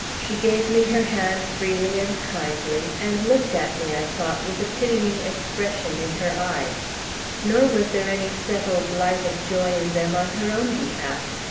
she gave me her hand freely and kindly, and looked at me, i thought, with a pitying expression in her eyes nor was there any settled light of joy in them on her own behalf,